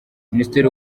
minisitiri